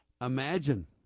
imagine